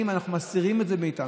מסתירים את זה מאיתנו.